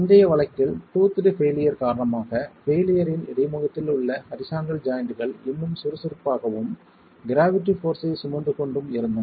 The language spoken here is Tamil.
முந்தைய வழக்கில் டூத்ட் பெயிலியர் காரணமாக பெயிலியர்யின் இடைமுகத்தில் உள்ள ஹரிசாண்டல் ஜாய்ண்ட்கள் இன்னும் சுறுசுறுப்பாகவும் க்ராவிட்டி போர்ஸ்ஸை சுமந்துகொண்டும் இருந்தன